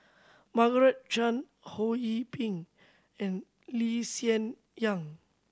Margaret Chan Ho Yee Ping and Lee Hsien Yang